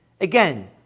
again